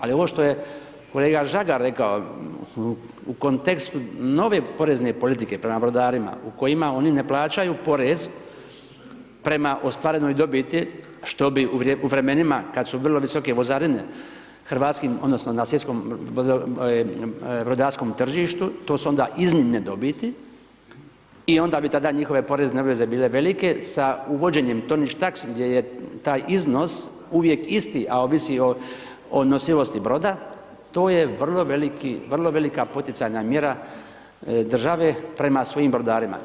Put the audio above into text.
Ali, ovo što je kolega Žagar rekao, u kontekstu nove porezne politike prema brodarima, u kojima oni ne plaćaju porez, prema ostvarenoj dobiti, što bi u vremenima, kada su vrlo visoke vozarine, hrvatskim odnosno na svjetskom brodarskom tržištu, to su onda iznimne dobiti i onda bi tada njihove porezne obveze bile velike sa uvođenjem tonič taksa, gdje je taj iznos uvijek isti, a ovisi o nosivosti broda, to je vrlo velika poticajna mjera države prema svojim brodarima.